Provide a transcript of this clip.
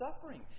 suffering